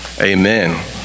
Amen